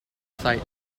site